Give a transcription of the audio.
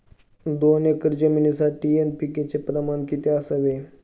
दोन एकर जमिनीसाठी एन.पी.के चे प्रमाण किती असावे?